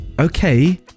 okay